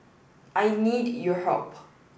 I need your help